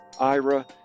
Ira